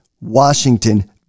Washington